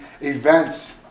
events